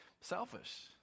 selfish